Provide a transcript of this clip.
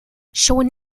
schon